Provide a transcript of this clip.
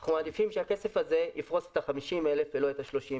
אנחנו מעדיפים שהכסף הזה יפרוס את ה-50,000 ולא את ה-30,000.